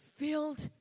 filled